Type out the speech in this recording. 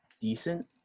decent